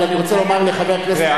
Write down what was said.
אבל אני רוצה לומר לחבר הכנסת מולה,